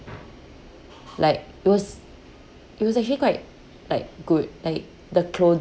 like it was it was actually quite like good like the